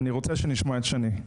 אני רוצה שנשמע את שני.